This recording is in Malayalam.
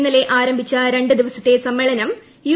ഇന്നലെ ആരംഭിച്ച രണ്ട് ദിവസത്തെ സമ്മേളനം യു